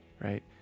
right